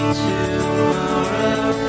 tomorrow